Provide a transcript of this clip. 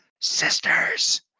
sisters